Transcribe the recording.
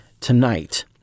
tonight